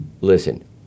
Listen